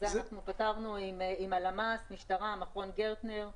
את זה אנחנו פתרנו עם הלמ"ס, משטרה, מכון גרטנר.